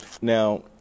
Now